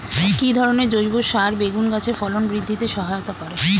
কি ধরনের জৈব সার বেগুন গাছে ফলন বৃদ্ধিতে সহায়তা করে?